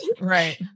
Right